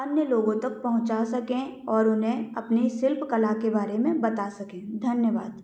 अन्य लोगों तक पहुँचा सकें और उन्हें अपने शिल्पकला के बारे में बता सकें धन्यवाद